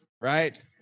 right